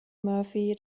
murphy